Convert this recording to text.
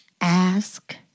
Ask